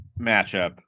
matchup